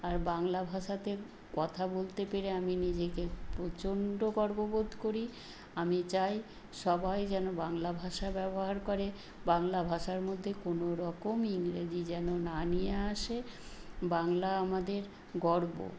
আর বাংলা ভাষাতে কথা বলতে পেরে আমি নিজেকে প্রচন্ড গর্ববোধ করি আমি চাই সবাই যেন বাংলা ভাষা ব্যবহার করে বাংলা ভাষার মধ্যে কোনো রকম ইংরাজি যেন না নিয়ে আসে বাংলা আমাদের গর্ব